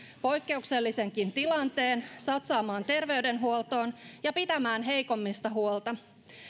poikkeuksellisenkin tilanteen satsaamaan terveydenhuoltoon ja pitämään heikommista huolta